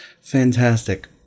Fantastic